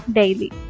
daily